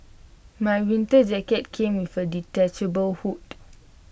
my winter jacket came with A detachable hood